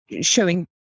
showing